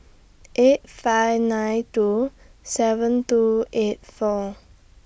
eight five nine two seven two eight four